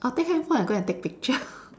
I'll take handphone and go and take picture